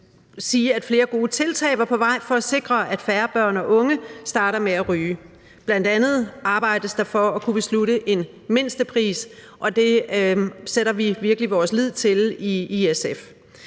sige, at flere gode tiltag var på vej for at sikre, at færre børn og unge starter med at ryge. Bl.a. arbejdes der for at kunne beslutte en mindstepris, og det sætter vi virkelig vores lid til i SF.